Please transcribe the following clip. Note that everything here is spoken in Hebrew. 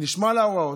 נשמע להוראות,